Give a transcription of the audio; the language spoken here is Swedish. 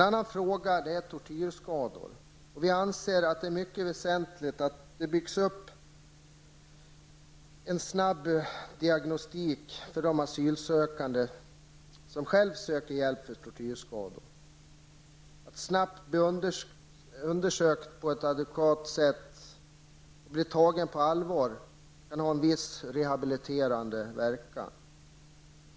Vi anser vidare att det är mycket väsentligt att det byggs upp en snabb diagnostik för de asylsökande som själva söker hjälp för tortyrskador. Att de snabbt blir undersökta på ett adekvat sätt och blir tagna på allvar kan ha en viss rehabiliterande verkan.